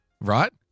Right